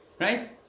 Right